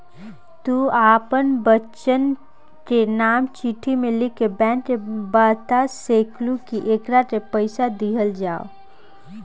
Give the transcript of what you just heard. तू आपन बच्चन के नाम चिट्ठी मे लिख के बैंक के बाता सकेलू, कि एकरा के पइसा दे दिहल जाव